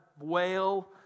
whale